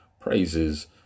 praises